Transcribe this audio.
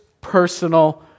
personal